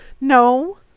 No